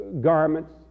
garments